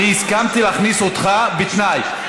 אני הסכמתי להכניס אותך בתנאי,